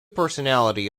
personality